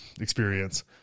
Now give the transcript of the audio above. experience